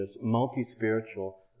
multi-spiritual